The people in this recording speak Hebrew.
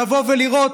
לבוא ולראות